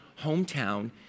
hometown